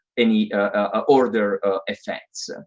any ah order effects.